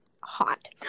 hot